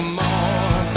more